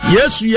Yes